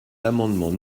l’amendement